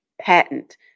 patent